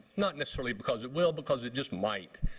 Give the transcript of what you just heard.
not necessarily because it will because it just might.